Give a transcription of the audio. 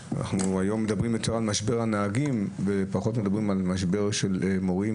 היום אנחנו מדברים יותר על משבר הנהגים ופחות מדברים על משבר של מורים.